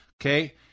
Okay